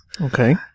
Okay